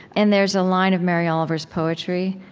and there's a line of mary oliver's poetry,